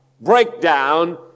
Breakdown